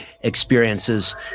experiences